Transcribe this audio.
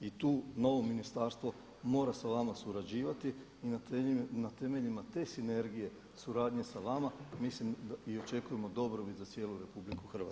I tu novo ministarstvo mora sa vama surađivati i na temeljima te sinergije suradnje sa vama mislim i očekujemo dobrobit za cijelu RH.